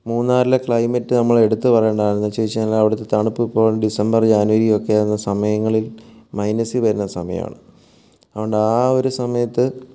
മൂന്നാറിലെ ക്ലൈമറ്റ് നമ്മൾ എടുത്തു പറയേണ്ടതാണ് എന്താണെന്ന് വെച്ചാൽ അവിടുത്തെ തണുപ്പിപ്പോൾ ഡിസംബർ ജനുവരി ഒക്കെ ആകുന്ന സമയങ്ങളിൽ മൈനസിൽ വരുന്ന സമായമാണ് അതുകൊണ്ട് ആ ഒരു സമയത്ത്